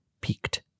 peaked